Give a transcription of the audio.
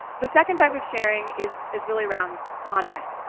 the second type of sharing is is really around content.